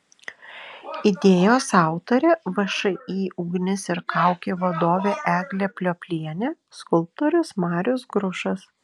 idėjos autorė všį ugnis ir kaukė vadovė eglė plioplienė skulptorius marius grušas